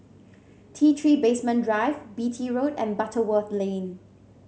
T Three Basement Drive Beatty Road and Butterworth Lane